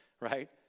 right